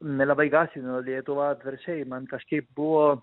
nelabai gąsdino lietuva atvirkščiai man kažkaip buvo